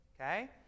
Okay